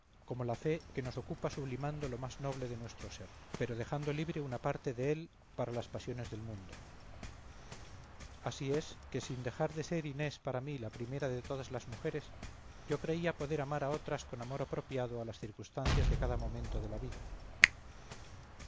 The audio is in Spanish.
como la fe que nos ocupa sublimando lo más noble de nuestro ser pero dejando libre una parte de él para las pasiones del mundo así es que sin dejar de ser inés para mí la primera de todas las mujeres yo creía poder amar a otras con amor apropiado a las circunstancias de cada momento de la vida